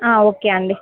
ఆ ఓకే అండీ